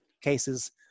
cases